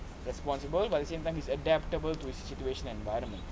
responsible but the same time is adaptable to situ~ situation environment